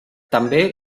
també